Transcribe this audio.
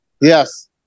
Yes